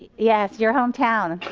yeah, you're hometown.